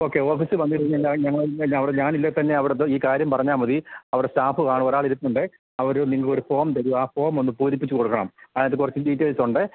okay office ഞങ്ങള് അവിടെ ഞാനില്ലെങ്കില്ത്തന്നെ അവിടുന്ന് ഈ കാര്യം പറഞ്ഞാല് മതി അവിടെ സ്റ്റാഫ് കാണും ഒരാളിരിപ്പുണ്ട് അവര് നിങ്ങള്ക്ക് ഒരു ഫോം തരും ആ ഫോം ഒന്ന് പൂരിപ്പിച്ചുകൊടുക്കണം അതിനകത്തു കുറച്ച് ഡീറ്റെയിൽസ് ഉണ്ടേ